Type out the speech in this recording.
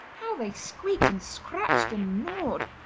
how they squeaked, and scratched, and gnawed!